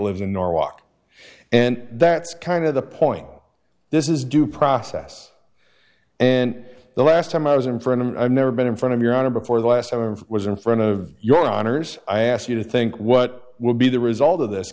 lives in norwalk and that's kind of the point this is due process and the last time i was in front and i've never been in front of your honor before the last one was in front of your honor's i ask you to think what will be the result of this